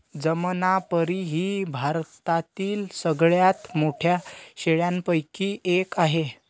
जमनापरी ही भारतातील सगळ्यात मोठ्या शेळ्यांपैकी एक आहे